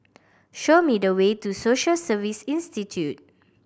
show me the way to Social Service Institute